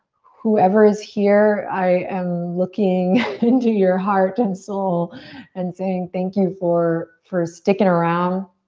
whoever is here, i am looking into your heart and soul and saying thank you for for sticking around.